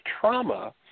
trauma